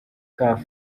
caf